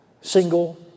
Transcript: single